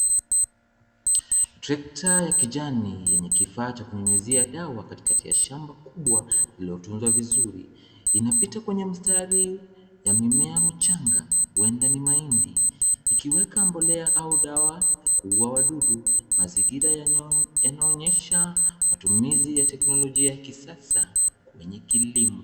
Trekta ya kijani ni kifaa cha kunyunyizia dawa katikati ya shamba kubwa lililotunzwa vizuri. Inapita kwenye mstari ya mimea michanga, huenda ni mahindi, ikiweka mbolea au dawa ya kuuwa wadudu. Mazingira yanaonyesha matumizi ya teknolojia ya kisasa kwenye kilimo.